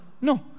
No